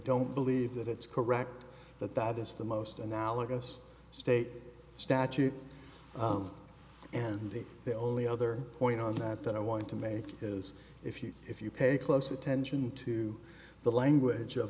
don't believe that it's correct that that is the most analogous state statute and the only other point on that that i want to make is if you if you pay close attention to the language of